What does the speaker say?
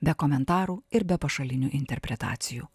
be komentarų ir be pašalinių interpretacijų